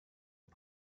der